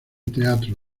teatro